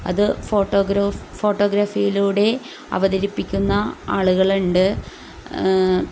അത് ഫോട്ടോഗോഫ് ഫോട്ടോഗ്രഫിയിലൂടെ അവതരിപ്പിക്കുന്ന ആളുകളുണ്ട്